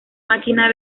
máquina